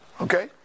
Okay